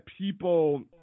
people